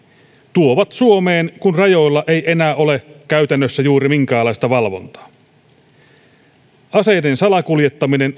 tuovat suomeen kun rajoilla ei enää ole käytännössä juuri minkäänlaista valvontaa aseiden salakuljettaminen